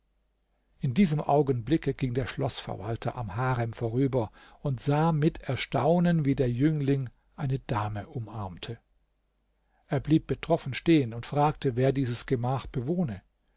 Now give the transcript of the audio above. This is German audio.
in diesem augenblicke ging der schloßverwalter am harem vorüber und sah mit erstaunen wie der jüngling eine dame umarmte er blieb betroffen stehen und fragte wer dieses gemach bewohne